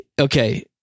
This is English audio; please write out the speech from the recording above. Okay